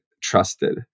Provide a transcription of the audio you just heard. trusted